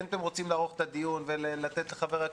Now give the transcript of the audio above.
אם אתם רוצים לקיים את הדיון ולתת לכל חברי